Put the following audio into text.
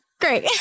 great